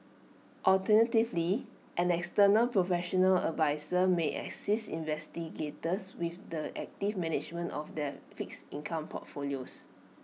alternatively an external professional adviser may assist investigators with the active management of their fixed income portfolios